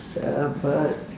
ya but